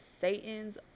Satan's